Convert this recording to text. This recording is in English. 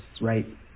right